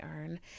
earn